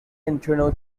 internal